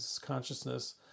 consciousness